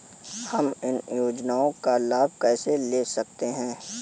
हम इन योजनाओं का लाभ कैसे ले सकते हैं?